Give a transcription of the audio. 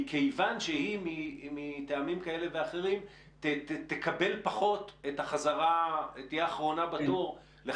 מכיוון שהיא מטעמים כאלה ואחרים תהיה אחרונה בתור לחזרה לבתי הספר?